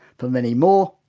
for many more,